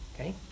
Okay